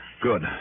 Good